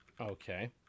Okay